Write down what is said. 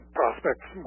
prospects